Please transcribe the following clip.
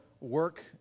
work